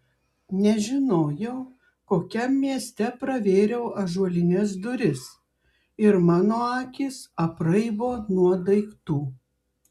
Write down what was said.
nežinojau kokiam mieste pravėriau ąžuolines duris ir mano akys apraibo nuo daiktų